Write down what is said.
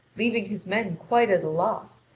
leaving his men quite at a loss,